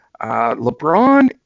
LeBron